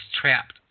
trapped